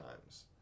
times